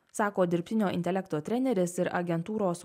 sako dirbtinio intelekto treneris ir agentūros